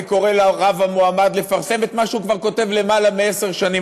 אני קורא לרב המועמד לפרסם את מה שהוא כותב כבר למעלה מעשר שנים,